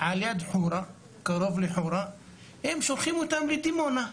ליד חורה, ושולחים אותם לדימונה.